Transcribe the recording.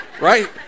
Right